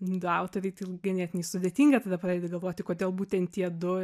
du autoriai tai ganėtinai sudėtinga tada pradedi galvoti kodėl būtent tie du